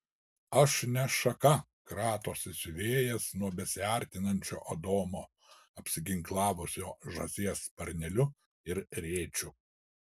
aš ne šaka kratosi siuvėjas nuo besiartinančio adomo apsiginklavusio žąsies sparneliu ir rėčiu